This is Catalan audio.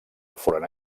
foren